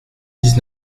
dix